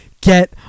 get